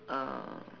uh